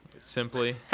simply